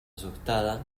asustada